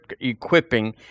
equipping